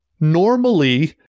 Normally